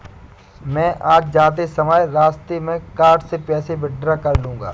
मैं आज जाते समय रास्ते में कार्ड से पैसे विड्रा कर लूंगा